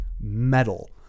metal